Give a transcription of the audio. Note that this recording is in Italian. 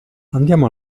andiamo